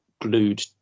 glued